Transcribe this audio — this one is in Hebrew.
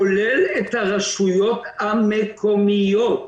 כולל את הרשויות המקומיות,